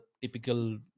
typical